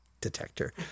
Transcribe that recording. detector